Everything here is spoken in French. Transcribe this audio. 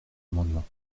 amendement